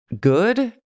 good